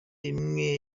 imwe